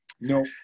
No